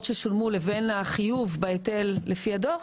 ששולמו לבין החיוב בהיטל לפי הדו"ח,